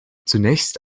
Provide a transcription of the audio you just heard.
zunächst